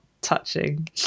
touching